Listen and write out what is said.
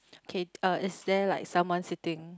okay uh is there like someone sitting